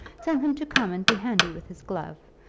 tell him to come and be handy with his glove.